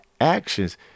actions